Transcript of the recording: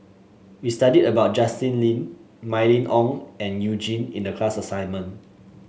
we studied about Justin Lean Mylene Ong and You Jin in the class assignment